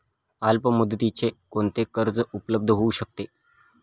अल्पमुदतीचे कोणते कर्ज उपलब्ध होऊ शकते?